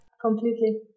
completely